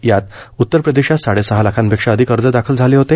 यात उत्तर प्रदेशात साडेसहा लाखांपेक्षा अधिक अर्ज दाखल झाले होते